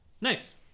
Nice